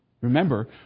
Remember